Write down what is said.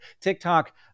TikTok